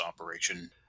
operation